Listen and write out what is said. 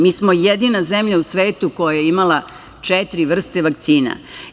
Mi smo jedina zemlja u svetu koja je imala četiri vrste vakcina.